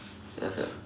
ya sia